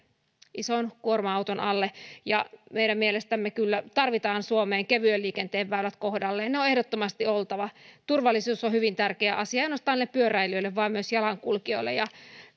ison kuorma auton alle ja meidän mielestämme kyllä tarvitaan suomeen kevyen liikenteen väylät kohdalleen ne on ehdottomasti oltava turvallisuus on hyvin tärkeä asia ei ainoastaan pyöräilijöille vaan myös jalankulkijoille